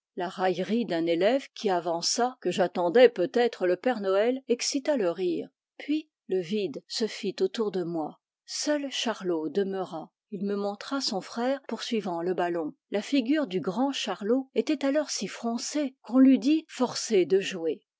la raillerie d'un élève qui avança que j'attendais peut-être le père noël excita le rire puis le vide se fit autour de moi seul charlot demeura il me montra son frère poursuivant le ballon la figure du grand charlot était alors si froncée qu'on l'eût dit forcé de jouer